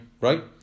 right